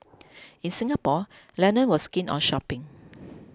in Singapore Lennon was keen on shopping